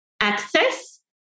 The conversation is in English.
access